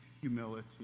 humility